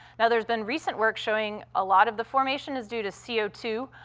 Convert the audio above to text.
now, there's been recent work showing a lot of the formation is due to c o two,